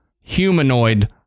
humanoid